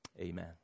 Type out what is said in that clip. Amen